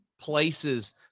places